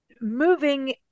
moving